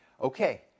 okay